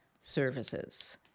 services